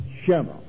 Shema